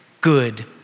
good